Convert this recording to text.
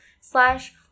slash